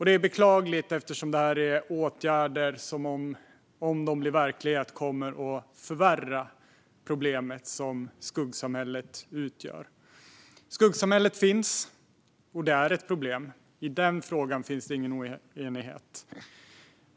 Det är beklagligt eftersom det är åtgärder som, om de blir verklighet, kommer att förvärra det problem som skuggsamhället utgör. Skuggsamhället finns, och det är ett problem. I den frågan finns det ingen oenighet.